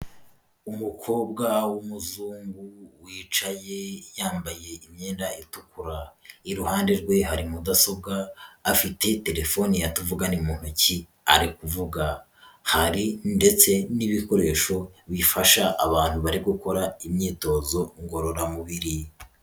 Umukobwa w'umuzungu wicaye yambaye imyenda itukura, iruhande rwe hari mudasobwa afite terefone tuvugana mu ntoki ari kuvuga, hari ndetse n'ibikoresho bifasha abantu bari gukora imyitozo ngororamubiri.